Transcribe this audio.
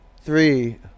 three